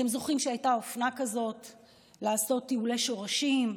אתם זוכרים שהייתה אופנה כזו לעשות טיולי שורשים,